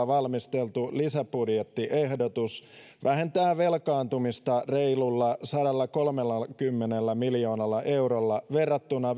valmisteltu lisäbudjettiehdotus vähentää velkaantumista reilulla sadallakolmellakymmenellä miljoonalla eurolla verrattuna